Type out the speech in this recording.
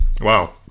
Wow